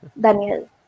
Daniel